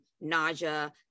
nausea